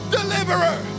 Deliverer